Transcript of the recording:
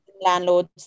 landlords